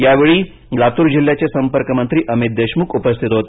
यावेळी लातूर जिल्ह्याचे संपर्क मंत्री अमित देशमुख उपस्थित होते